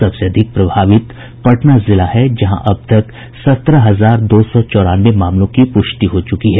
सबसे अधिक प्रभावित पटना जिला है जहां अब तक सत्रह हजार दो चौ चौरानवे मामलों की पुष्टि हो चुकी है